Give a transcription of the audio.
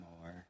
more